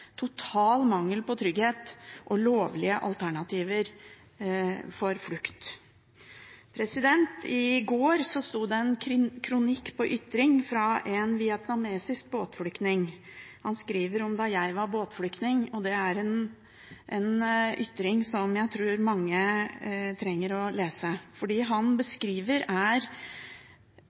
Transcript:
total mangel på trygghet og lovlige alternativer for flukt. I går sto det en kronikk på Ytring av en vietnamesisk båtflyktning. Han skriver om da han var båtflyktning, og det er en ytring jeg tror mange trenger å lese, for det han